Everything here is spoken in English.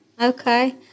Okay